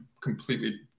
completely